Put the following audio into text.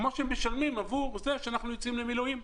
כפי שמשלמים עבור זה שאנחנו יוצאים למילואים.